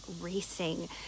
racing